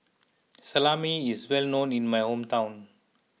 Salami is well known in my hometown